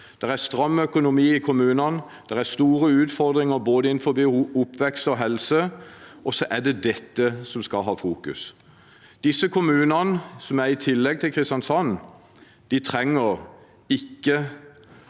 Det er stram økonomi i kommunene, det er store utfordringer innenfor både oppvekst og helse, og så er det dette det fokuseres på. Disse kommunene som er i tillegg til Kristiansand, trenger ikke